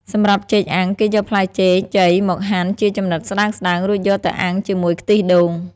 សម្រាប់ចេកអាំង គេយកផ្លែចេកខ្ចីមកហាន់ជាចំណិតស្តើងៗ រួចយកទៅអាំងជាមួយខ្ទិះដូង។